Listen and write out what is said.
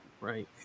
right